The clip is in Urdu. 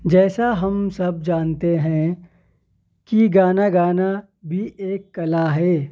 جیسا ہم سب جانتے ہیں کہ گانا گانا بھی ایک کلا ہے